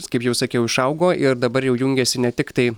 kaip jau sakiau išaugo ir dabar jau jungiasi ne tiktai